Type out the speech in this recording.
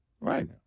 right